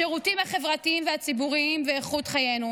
השירותים החברתיים והציבוריים ואיכות חיינו.